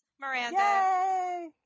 Miranda